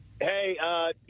Hey